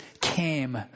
came